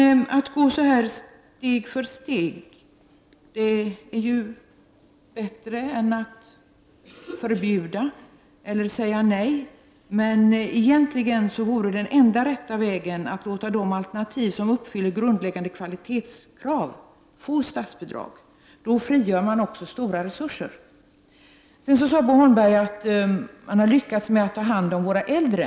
Att gå så här steg för steg är bättre än att förbjuda eller att säga nej, men den enda rätta vägen vore egentligen att låta de alternativ som uppfyller grundläggande kvalitetskrav få statsbidrag. Då frigörs också stora resurser. Bo Holmberg sade vidare att vi har lyckats med att ta hand om våra äldre.